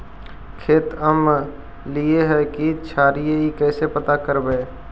खेत अमलिए है कि क्षारिए इ कैसे पता करबै?